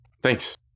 Thanks